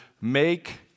make